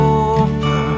over